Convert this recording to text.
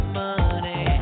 money